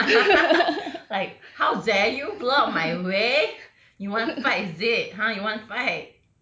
like how dare you block my way you want to fight is it !huh! you want to fight